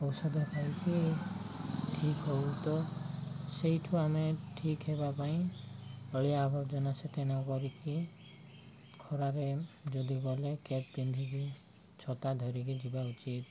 ଔଷଧ ଖାଇକି ଠିକ୍ ହଉ ତ ସେଇଠୁ ଆମେ ଠିକ୍ ହେବା ପାଇଁ ଅଳିଆ ଆବର୍ଜନା ସେତେ ନ କରିକି ଖରାରେ ଯଦି ଗଲେ କ୍ୟାପ୍ ପିନ୍ଧିକି ଛତା ଧରିକି ଯିବା ଉଚିତ